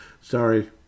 Sorry